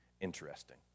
interesting